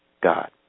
God